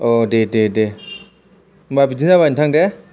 दे दे दे होमबा बिदिनो जाबाय नोंथां दे